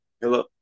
Hello